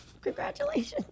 Congratulations